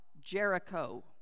Jericho